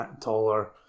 taller